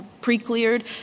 pre-cleared